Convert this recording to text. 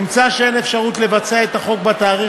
נמצא שאין אפשרות ליישם את החוק בתאריך